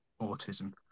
autism